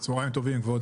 צוהריים טובים, כבוד